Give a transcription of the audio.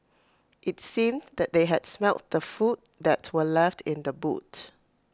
IT seemed that they had smelt the food that were left in the boot